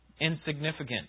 insignificant